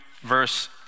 verse